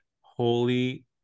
holy